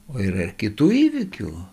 o ir kitų įvykių